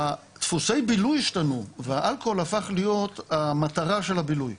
דפוסי הבילוי השתנו והאלכוהול הפך להיות המטרה של הבילוי.